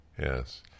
yes